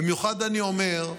במיוחד אני אומר,